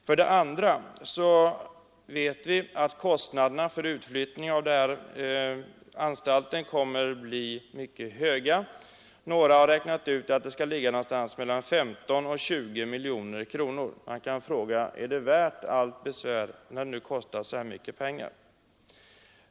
För det andra vet vi att kostnaderna för utflyttning av anstalten kommer att bli mycket höga. Någon har räknat ut att de ligger någonstans mellan 15 och 20 miljoner kronor. Är det värt allt besvär, när det kostar så mycket pengar?